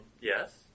Yes